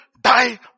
die